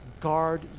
guard